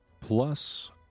Plus